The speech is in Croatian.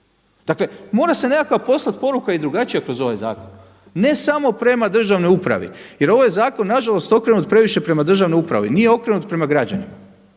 Dakle mora se nekakva poruka poslati i drugačija kroz ovaj zakon, ne samo prema državnoj upravi jer ovo je zakon nažalost okrenut previše prema državnoj upravi, nije okrenut prema građanima.